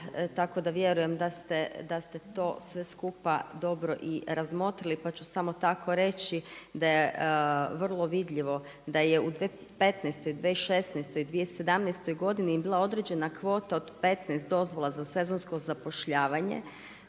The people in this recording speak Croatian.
tako da vjerujem da ste to sve skupa dobro i razmotrili pa ću samo tako reći da je vrlo vidljivo da je u 2015., 2016., 2017. godini bila određena kvota od 15 dozvola za sezonsko zapošljavanje.